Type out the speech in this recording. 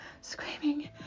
Screaming